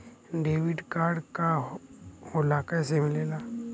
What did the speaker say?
Debit card का होला कैसे मिलेला?